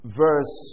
verse